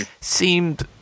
seemed